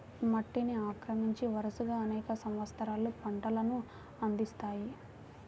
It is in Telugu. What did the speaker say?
మట్టిని ఆక్రమించి, వరుసగా అనేక సంవత్సరాలు పంటలను అందిస్తాయి